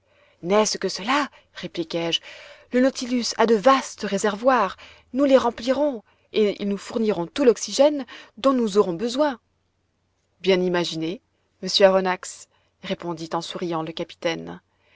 n'est-ce que cela répliquai-je le nautilus a de vastes réservoirs nous les remplirons et ils nous fourniront tout l'oxygène dont nous aurons besoin bien imaginé monsieur aronnax répondit en souriant le capitaine